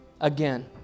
again